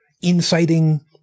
inciting